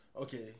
okay